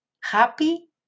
happy